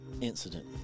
incident